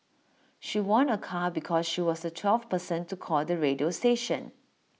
she won A car because she was the twelfth person to call the radio station